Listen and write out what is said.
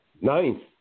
Ninth